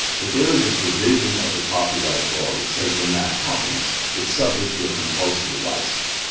that there is a provision of the copyright law that says when that happens, it's subject to a compulsory license.